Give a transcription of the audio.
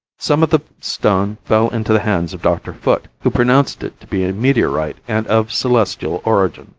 some of the stone fell into the hands of dr. foote, who pronounced it to be meteorite and of celestial origin.